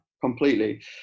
completely